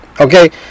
Okay